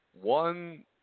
one